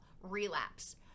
relapse